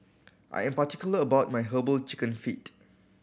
I am particular about my Herbal Chicken Feet